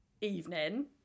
Evening